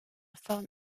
forme